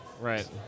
Right